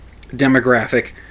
demographic